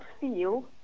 feel